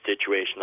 situation